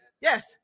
yes